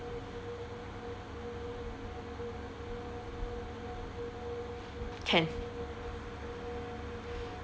can